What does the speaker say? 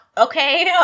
Okay